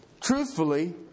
Truthfully